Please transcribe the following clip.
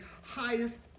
highest